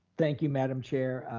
thank you, madam chair.